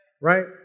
right